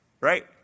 right